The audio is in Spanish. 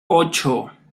ocho